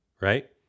right